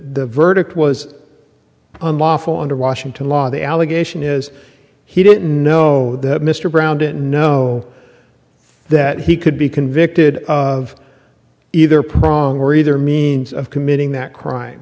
verdict was unlawful under washington law the allegation is he didn't know that mr brown didn't know that he could be convicted of either prong or either means of committing that crime